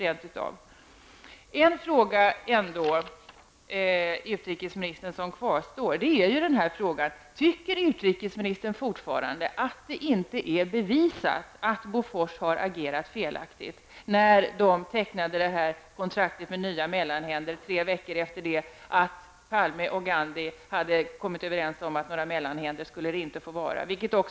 En fråga kvarstår ändå, utrikesministern: Tycker utrikesministern fortfarande att det inte är bevisat att Bofors agerat felaktigt när man tecknade kontraktet med nya mellanhänder tre veckor efter det att Palme och Gandhi kommit överens om att det inte skulle få finnas några mellanhänder.